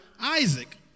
Isaac